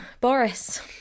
Boris